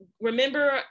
remember